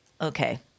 okay